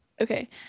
Okay